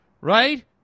Right